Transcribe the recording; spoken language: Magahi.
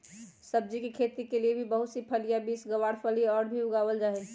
सब्जी के रूप में भी बहुत से फलियां, बींस, गवारफली और सब भी उगावल जाहई